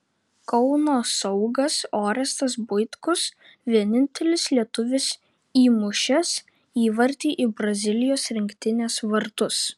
kauno saugas orestas buitkus vienintelis lietuvis įmušęs įvartį į brazilijos rinktinės vartus